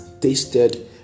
tasted